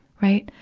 right.